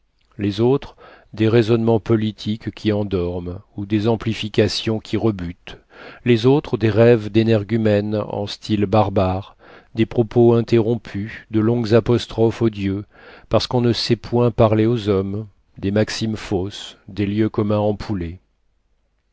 les autres des raisonnements politiques qui endorment ou des amplifications qui rebutent les autres des rêves d'énergumène en style barbare des propos interrompus de longues apostrophes aux dieux parcequ'on ne sait point parler aux hommes des maximes fausses des lieux communs